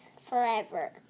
forever